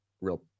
real